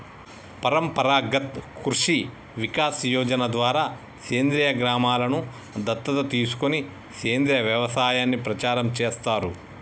పరంపరాగత్ కృషి వికాస్ యోజన ద్వారా సేంద్రీయ గ్రామలను దత్తత తీసుకొని సేంద్రీయ వ్యవసాయాన్ని ప్రచారం చేస్తారు